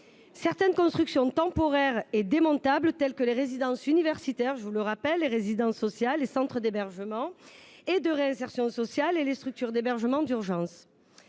certaines constructions temporaires et démontables, telles que les résidences universitaires, les résidences sociales, les centres d’hébergement et de réinsertion sociale ou les structures d’hébergement d’urgence.